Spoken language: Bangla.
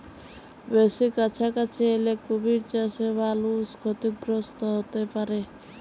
বেসি কাছাকাছি এলে কুমির চাসে মালুষ ক্ষতিগ্রস্ত হ্যতে পারে